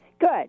Good